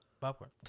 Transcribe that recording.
popcorn